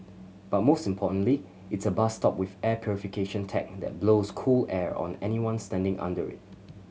but most importantly it's a bus stop with air purification tech that blows cool air on anyone standing under it